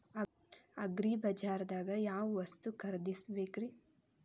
ಅಗ್ರಿಬಜಾರ್ದಾಗ್ ಯಾವ ವಸ್ತು ಖರೇದಿಸಬೇಕ್ರಿ?